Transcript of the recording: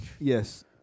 Yes